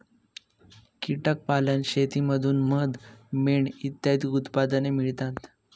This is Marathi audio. कीटक पालन शेतीतून मध, मेण इत्यादी उत्पादने मिळतात